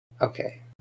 Okay